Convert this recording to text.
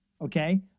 Okay